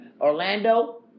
Orlando